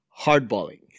hardballing